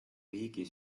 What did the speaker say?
riigi